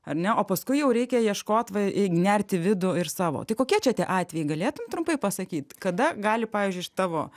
ar ne o paskui jau reikia ieškot va nerti į vidų ir savo tai kokie čia tie atvejai galėtum trumpai pasakyt kada gali pavyzdžiui iš tavo